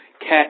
Cat